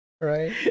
right